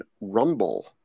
Rumble